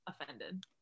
offended